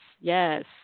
Yes